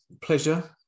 pleasure